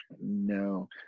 No